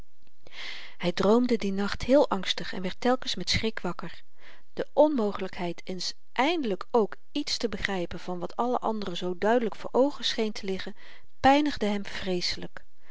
hy droomde dien nacht heel angstig en werd telkens met schrik wakker de onmogelykheid eens eindelyk ook iets te begrypen van wat allen anderen zoo duidelyk voor oogen scheen te liggen pynigde hem vreeselyk